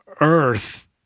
Earth